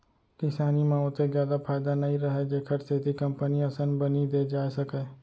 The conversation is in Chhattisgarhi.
किसानी म ओतेक जादा फायदा नइ रहय जेखर सेती कंपनी असन बनी दे जाए सकय